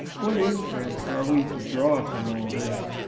what inference are we to draw from all this?